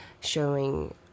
showing